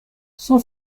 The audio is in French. son